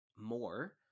more